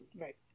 right